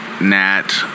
Nat